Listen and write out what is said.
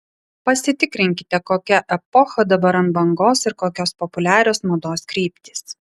pasitikrinkite kokia epocha dabar ant bangos ir kokios populiarios mados kryptys